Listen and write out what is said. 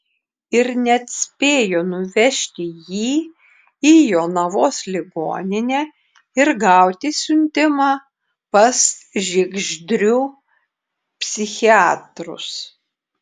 ir net spėjo nuvežti jį į jonavos ligoninę ir gauti siuntimą pas žiegždrių psichiatrus